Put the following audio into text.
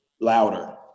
louder